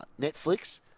Netflix